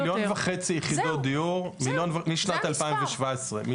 מיליון וחצי יחידות דיור משנת 2017. זהו.